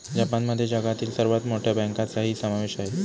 जपानमध्ये जगातील सर्वात मोठ्या बँकांचाही समावेश आहे